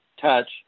touch